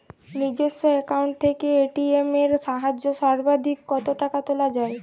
নিজস্ব অ্যাকাউন্ট থেকে এ.টি.এম এর সাহায্যে সর্বাধিক কতো টাকা তোলা যায়?